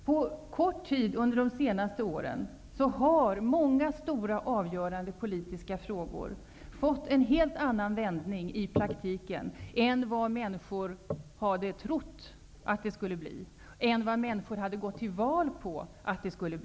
På kort tid under de senaste åren har många stora avgörande politiska frågor fått en helt annan vändning i praktiken, än vad människor hade trott och gått till val på.